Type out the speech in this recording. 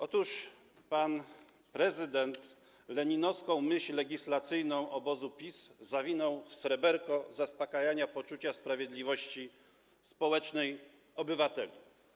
Otóż pan prezydent leninowską myśl legislacyjną obozu PiS zawinął w sreberko zaspokajania poczucia sprawiedliwości społecznej obywateli.